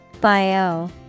Bio